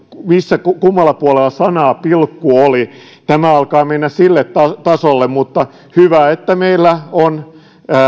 kummalla puolella sanaa pilkku oli tämä alkaa mennä sille tasolle mutta hyvä että meillä on